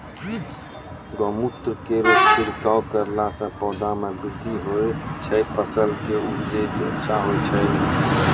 गौमूत्र केरो छिड़काव करला से पौधा मे बृद्धि होय छै फसल के उपजे भी अच्छा होय छै?